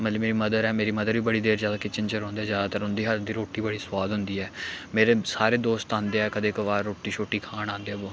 मतलब मेरी मदर ऐ मेरी मदर बी बड़ी देर ज्यादा किचन च रौंह्ंदे ऐ ज्यादातर उं'दी हत्थ दी रुट्टी बड़ी सोआद होंदी ऐ मेरे सारे दोस्त आंदे ऐ कदें कभार रोटी शोटी खान आंदे वो